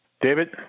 David